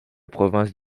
province